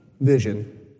vision